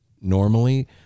Normally